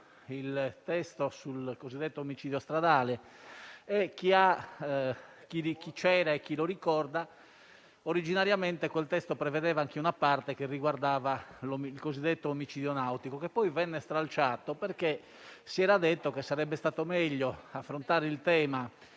il testo sul cosiddetto omicidio stradale. Chi c'era e chi lo ricorda sa che quel testo originariamente prevedeva anche una parte che riguardava il cosiddetto omicidio nautico, che poi venne stralciata, perché si ritenne che sarebbe stato meglio affrontare il tema